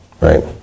Right